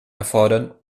erfordern